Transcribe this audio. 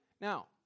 Now